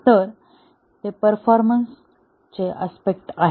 तर ते performance aspect आहेत